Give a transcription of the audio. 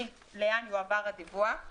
לאן יועבר הדיווח,